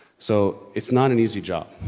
so, it's not an easy job.